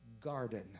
garden